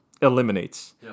eliminates